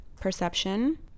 perception